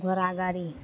घोड़ागाड़ी